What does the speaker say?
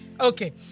Okay